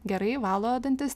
gerai valo dantis